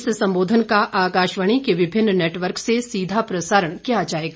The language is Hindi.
इस संबोधन का आकाशवाणी के विभिन्न नेटवर्क से सीधा प्रसारण किया जाएगा